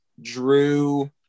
drew